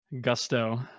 gusto